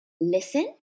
listen